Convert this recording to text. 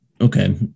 okay